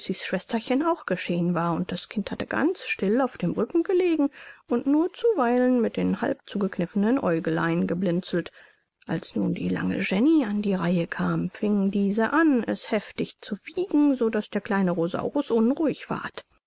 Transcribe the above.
schwesterchen auch geschehen war und das kind hatte ganz still auf dem rücken gelegen und nur zuweilen mit den halbzugekniffenen aeugelein geblinzelt als nun die lange jenny an die reihe kam fing diese an es heftig zu wiegen so daß der kleine rosaurus unruhig ward